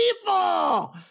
People